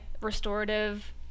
restorative